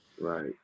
right